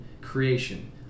creation